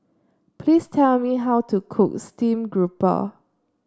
please tell me how to cook stream grouper